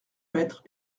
maître